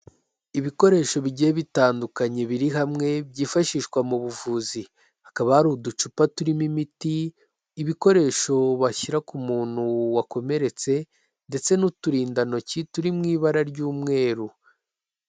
Ibikoresho bigiye bitandukanye biri hamwe, byifashishwa mu buvuzi. Hakaba hari uducupa turimo imiti, ibikoresho bashyira ku muntu wakomeretse ,ndetse n'uturindantoki turi mu ibara ry'umweru.